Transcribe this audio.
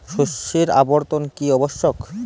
শস্যের আবর্তন কী আবশ্যক?